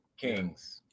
Kings